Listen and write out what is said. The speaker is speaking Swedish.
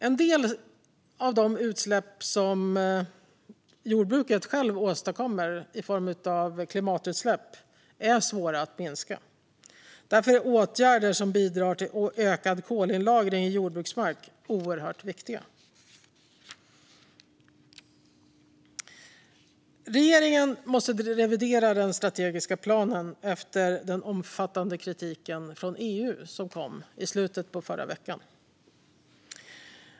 En del av de utsläpp som jordbruket självt åstadkommer i form av klimatutsläpp är svåra att minska. Därför är åtgärder som bidrar till ökad kolinlagring i jordbruksmark oerhört viktiga. Regeringen måste revidera den strategiska planen efter den omfattande kritik från EU som kom i slutet på förra veckan.